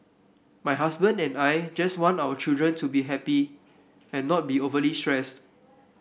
my husband and I just want our children to be happy and not be overly stressed